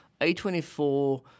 A24